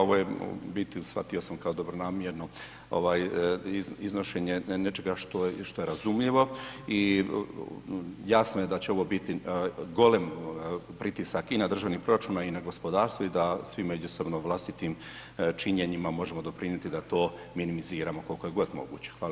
Ovo je u biti shvatio sam kao dobronamjerno iznošenje nečega što je razumljivo i jasno je da će ovo biti golem pritisak i na državni proračun i na gospodarstvo i da svi međusobno vlastitim činjenjima možemo doprinijeti da to minimiziramo koliko je god moguće.